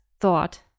thought